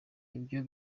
ibyo